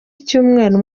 icyumweru